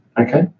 Okay